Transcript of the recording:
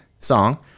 song